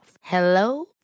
Hello